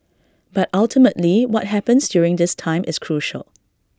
but ultimately what happens during this time is crucial